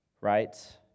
right